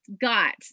got